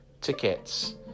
tickets